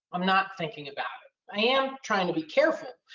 i'm not thinking about it. i am trying to be careful.